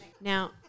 Now